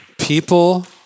People